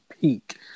peak